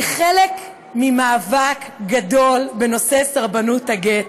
היא חלק ממאבק גדול בנושא סרבנות הגט,